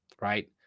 right